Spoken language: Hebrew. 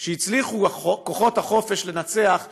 שהצליחו כוחות החופש לנצח בה,